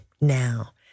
now